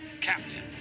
Captain